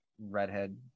redhead